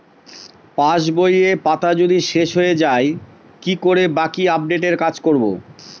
পাসবইয়ের পাতা যদি শেষ হয়ে য়ায় কি করে বাকী আপডেটের কাজ করব?